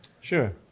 Sure